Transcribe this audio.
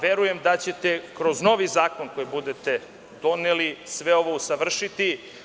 Verujem da ćete kroz novi zakon koji budete doneli sve ovo usavršiti.